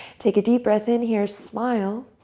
take a deep breath in here. smile.